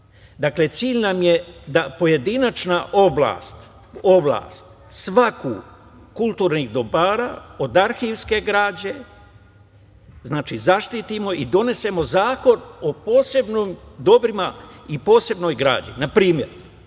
zakona. Dakle, cilj nam je da pojedinačna oblast svih kulturnih dobara, od arhivske građe, zaštitimo i donesemo zakon o posebnim dobrima i posebnoj građi. Na primer,